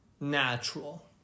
natural